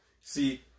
See